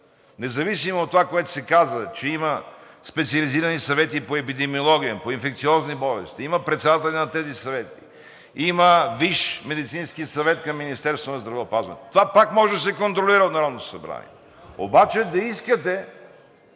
независимо от това, което се каза, че има специализирани съвети по епидемиология, по инфекциозни болести, има председатели на тези съвети, има Висш медицински съвет към Министерството на здравеопазването. Това пак може да се контролира от Народното събрание. Обаче да искате